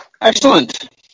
Excellent